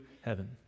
heaven